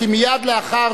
כי מייד לאחר